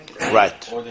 Right